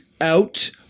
out